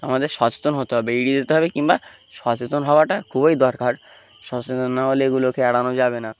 আমাদের সচেতন হতে হবে এড়িয়ে যেতে হবে কিংবা সচেতন হওয়াটা খুবই দরকার সচেতন না হলে এগুলোকে এড়ানো যাবে না